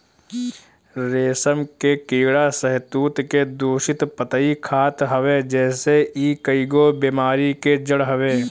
रेशम के कीड़ा शहतूत के दूषित पतइ खात हवे जेसे इ कईगो बेमारी के जड़ हवे